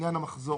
בעניין המחזור.